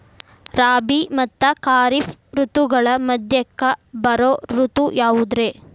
ರಾಬಿ ಮತ್ತ ಖಾರಿಫ್ ಋತುಗಳ ಮಧ್ಯಕ್ಕ ಬರೋ ಋತು ಯಾವುದ್ರೇ?